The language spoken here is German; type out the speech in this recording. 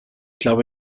glaube